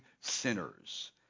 sinners